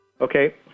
Okay